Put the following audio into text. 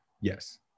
Yes